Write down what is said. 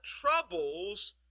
troubles